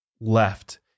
Left